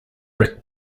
rick